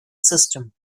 system